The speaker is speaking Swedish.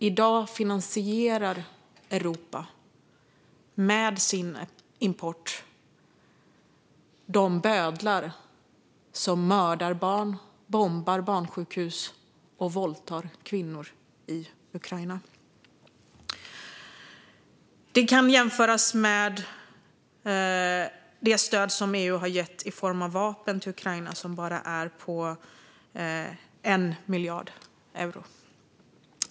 I dag finansierar Europa, genom sin import, de bödlar som mördar barn, bombar barnsjukhus och våldtar kvinnor i Ukraina. Det kan jämföras med det stöd i form av vapen som EU har gett till Ukraina och som bara är på 1 miljard euro.